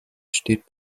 steht